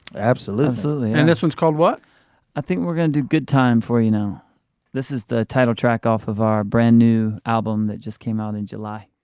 absolutely absolutely and this one's called what i think we're going to do good time for you know this is the title track off of our brand new album that just came out in july